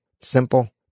simple